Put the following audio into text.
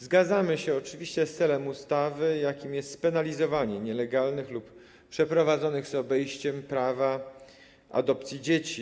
Zgadzamy się oczywiście z celem ustawy, jakim jest spenalizowanie nielegalnych lub przeprowadzonych z obejściem prawa adopcji dzieci.